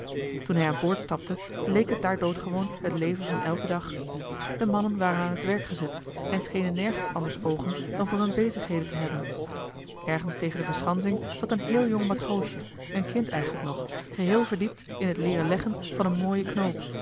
toen hij aan boord stapte leek het daar doodgewoon het leven van elken dag de mannen waren aan het werk gezet en schenen nergens anders oogen dan voor hun bezigheden te hebben ergens tegen de verschansing zat een heel jong matroosje een kind eigenlijk nog geheel verdiept in het leeren leggen van een mooien knoop